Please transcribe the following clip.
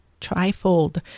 trifold